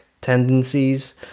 tendencies